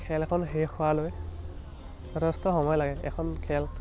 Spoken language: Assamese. খেল এখন শেষ হোৱালৈ যথেষ্ট সময় লাগে এখন খেল